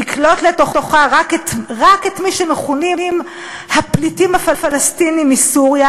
תקלוט לתוכה רק את מי שמכונים הפליטים הפלסטינים מסוריה,